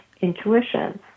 intuition